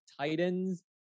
Titans